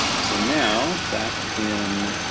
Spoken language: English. so now back in